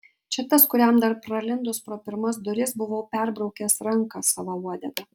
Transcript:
čia tas kuriam dar pralindus pro pirmas duris buvau perbraukęs ranką sava uodega